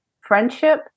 friendship